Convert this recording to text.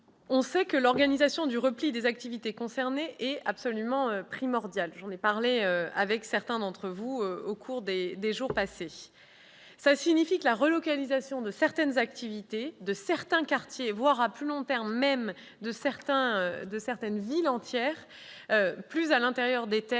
On sait que l'organisation du repli des activités concernées est absolument primordiale- je l'ai évoquée avec certains d'entre vous ces derniers jours. Cela signifie que la relocalisation de certaines activités, de certains quartiers, voire, à plus long terme, de villes entières, à l'intérieur des terres